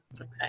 Okay